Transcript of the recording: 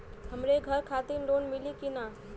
हमरे घर खातिर लोन मिली की ना?